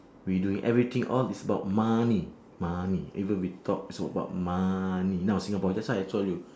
we doing everything all is about money money even we talk is all about money now singapore that's why I told you